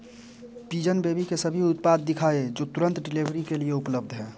pigeon baby के सभी उत्पाद दिखाएँ जो तुरंत डिलीवरी के लिए उपलब्ध हैं